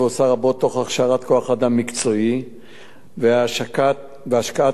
תוך הכשרת כוח-אדם מקצועי והשקעת משאבים רבים,